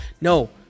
No